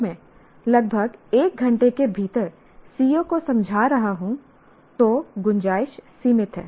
अगर मैं लगभग एक घंटे के भीतर CO को समझा रहा हूं तो गुंजाइश सीमित है